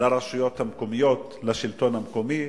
לרשויות המקומיות, לשלטון המקומי,